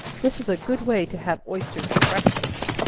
this is a good way to have oysters at breakfast.